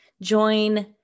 join